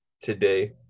today